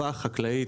טובה חקלאית,